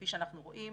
כפי שאנחנו רואים,